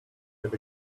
get